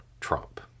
Trump